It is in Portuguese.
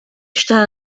está